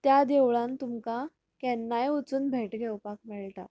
त्या देवळांत तुमकां केन्नाय वचून भेट घेवपाक मेळटा